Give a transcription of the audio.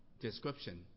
description